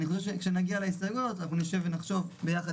כשנגיע להסתייגויות נשב ונחשוב ביחד